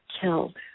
killed